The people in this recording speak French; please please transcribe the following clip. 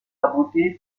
abouti